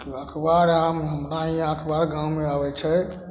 अखबार आब हमरा यहाँ अखबार गाँवमे अबै छै